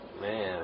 Man